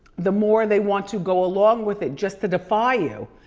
the more they want to go along with it just to defy you.